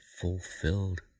fulfilled